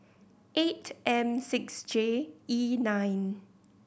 eight M six J E nine